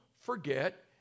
forget